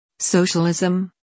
Socialism